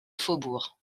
faubourg